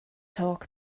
talk